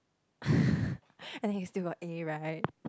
I think you still got A right